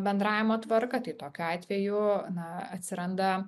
bendravimo tvarką tai tokiu atveju na atsiranda